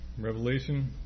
Revelation